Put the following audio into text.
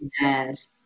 Yes